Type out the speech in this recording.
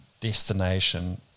destination